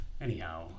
Anyhow